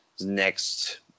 next